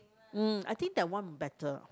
mm I think that one better